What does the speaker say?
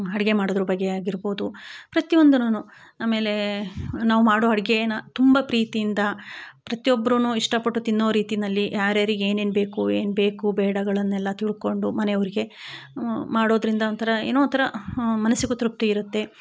ಅಡುಗೆ ಮಾಡೋದ್ರ ಬಗ್ಗೆ ಆಗಿರಬೋದು ಪ್ರತಿಯೊಂದೂನು ಆಮೇಲೆ ನಾವು ಮಾಡೋ ಅಡುಗೆನ್ನ ತುಂಬ ಪ್ರೀತಿಯಿಂದ ಪ್ರತಿಯೊಬ್ರೂ ಇಷ್ಟಪಟ್ಟು ತಿನ್ನೊ ರೀತಿಯಲ್ಲಿ ಯಾರ್ಯಾರಿಗೆ ಏನೇನು ಬೇಕು ಏನು ಬೇಕು ಬೇಡಗಳನೆಲ್ಲ ತಿಳ್ಕೊಂಡು ಮನೆಯೊರಿಗೆ ಮಾಡೋದ್ರಿಂದ ಒಂಥರ ಏನೋವಂಥರ ಮನಸ್ಸಿಗೂ ತೃಪ್ತಿಯಿರುತ್ತೆ